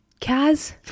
Kaz